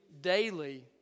daily